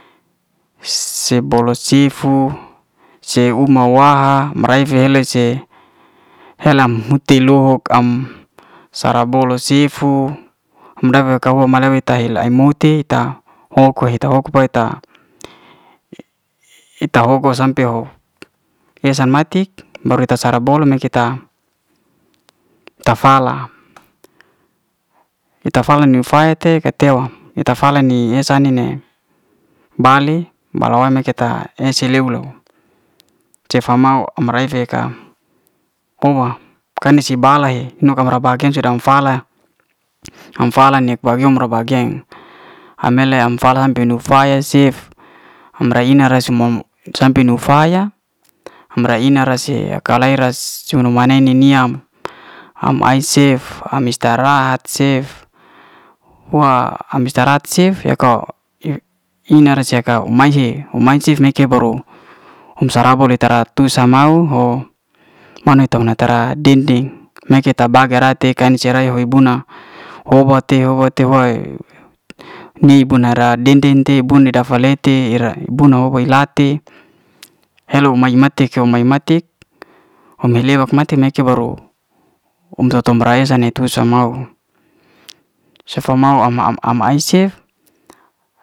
se bolo'sifu se uma'waha mra'e fele se helam huti lo'hok am sara bo'lo sifu am daga ka ho ma'le we ita am muti ita hoko. ita hoko hita ho'ko sampe ho hesan matik baru eta sara bolo me keta ta fala, ita fala niuw fait te ka teo ita fala'ni esa ni'ne bali bale'wan ne keta ese niuw lo cef famau am rei'fe ka ko'ba kan si balai he no ka ra'ka paki sedan fala, am fala ne rob ba bagia ham mele am fala ben'nu faya cef am ray ina sampe nu faya am ra'ina ra se kale'ra si sumu ana- ana ni'niam am ai cef am istarahat cef hoa am istirahat cef ya ko ina'ra ce uma he um man cef baru hum sa'raba ra'tra tusa mau ho mani'to no tra din- ding me ta ke ta bage'ra tekan sei he'buna hoba te- hoba te'way ni bu'nara din- ding te bun dafa le te'ira bun hoe ila'ti, helo mae mati'ka- mae matik hom ni'lewa matik hi leka baru hom to to bra esa tu sa mau, sefa mau am- am ai cef.